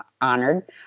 honored